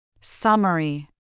Summary